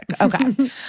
Okay